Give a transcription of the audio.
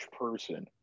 person